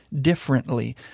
differently